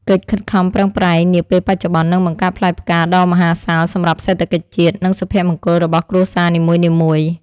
កិច្ចខិតខំប្រឹងប្រែងនាពេលបច្ចុប្បន្ននឹងបង្កើតផ្លែផ្កាដ៏មហាសាលសម្រាប់សេដ្ឋកិច្ចជាតិ និងសុភមង្គលរបស់គ្រួសារនីមួយៗ។